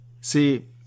See